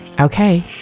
Okay